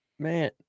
Man